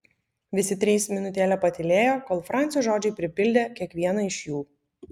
visi trys minutėlę patylėjo kol francio žodžiai pripildė kiekvieną iš jų